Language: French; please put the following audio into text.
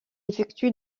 effectue